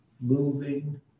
moving